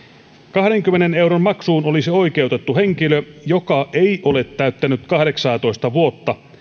kahdenkymmenen euron maksuun olisi oikeutettu henkilö joka ei ole täyttänyt kahdeksaatoista vuotta